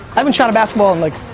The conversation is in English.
i haven't shot a basketball in like,